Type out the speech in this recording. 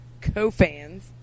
co-fans